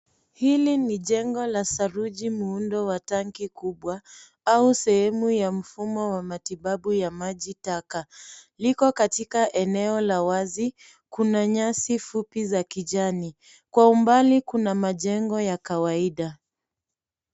Hili ni jengo la saruji lenye muundo wa duara kubwa, sehemu ya mfumo wa matibabu ya majitaka. Liko katika eneo la wazi lenye nyasi fupi za kijani. Kwa umbali, yanaonekana majengo ya kawaida.